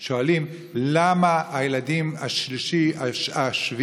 שואלים: למה הילדים השביעי,